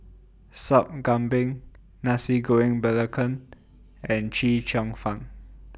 Sup Kambing Nasi Goreng Belacan and Chee Cheong Fun